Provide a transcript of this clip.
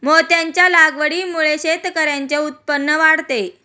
मोत्यांच्या लागवडीमुळे शेतकऱ्यांचे उत्पन्न वाढते